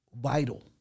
vital